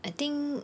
I think